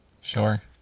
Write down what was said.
sure